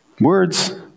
words